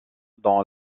dans